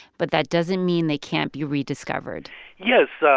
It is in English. but that doesn't mean they can't be rediscovered yes. so